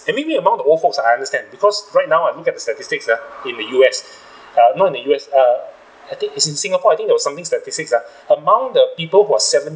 and maybe among the old folks I understand because right now I look at the statistics uh in the U_S uh not the U_S uh I think is in singapore I think there was something statistics uh among the people who are seventy